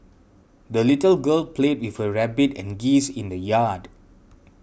the little girl played with her rabbit and geese in the yard